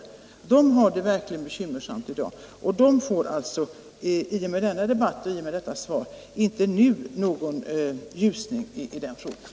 Dessa organisationer har det verkligen bekymmersamt i dag, och de ser i och med detta svar och denna debatt nu inte någon lösning på problemen.